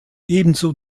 ebenso